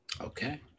Okay